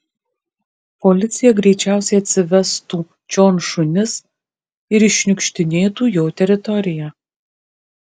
policija greičiausiai atsivestų čion šunis ir iššniukštinėtų jo teritoriją